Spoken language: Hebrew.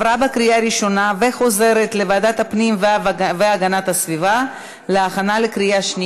לוועדת הפנים והגנת הסביבה נתקבלה.